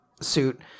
suit